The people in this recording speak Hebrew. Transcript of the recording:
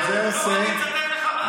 הזומבים." את כל הטוקבקים,